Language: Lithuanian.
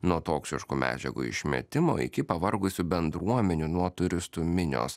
nuo toksiškų medžiagų išmetimo iki pavargusių bendruomenių nuo turistų minios